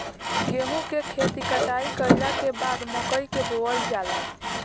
गेहूं के खेती कटाई कइला के बाद मकई के बोअल जाला